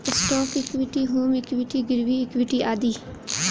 stock equity, home equity, गिरवी equity आदि